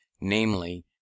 namely